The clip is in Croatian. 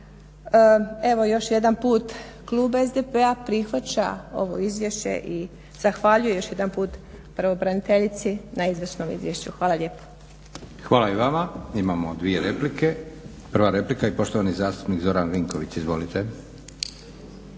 Evo još jedanput, klub SDP-a prihvaća ovo izvješće i zahvaljuje još jedanput pravobraniteljici na izvrsnom izvješću. Hvala lijepo. **Leko, Josip (SDP)** Hvala i vama. Imamo dvije replike. Prva replika i poštovani zastupnik Zoran Vinković. Izvolite.